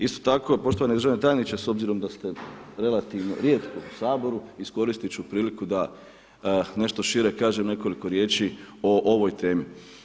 Isto tako poštovani državni tajniče, s obzirom da ste relativno rijetko u Saboru, iskoristit ću priliku da nešto šire kažem nekoliko riječi o ovoj temi.